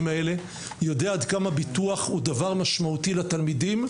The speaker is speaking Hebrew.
האלה יודע עד כמה ביטוח הוא דבר משמעותי לתלמידים,